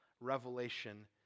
Revelation